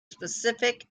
specific